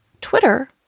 Twitter